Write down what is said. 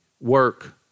Work